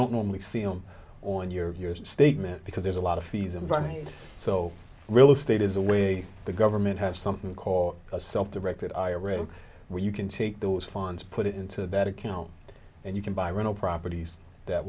don't normally see on on your statement because there's a lot of fees and right so real estate is a way the government have something called a self directed iraq where you can take those funds put it into that account and you can buy rental properties that